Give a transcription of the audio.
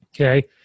okay